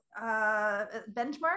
benchmark